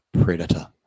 Predator